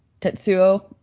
Tetsuo